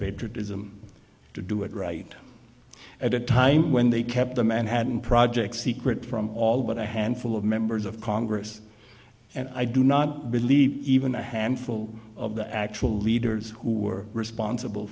patriotism to do it right at a time when they kept the manhattan project secret from all but a handful of members of congress and i do not believe even a handful of the actual leaders who were responsible